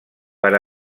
per